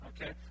okay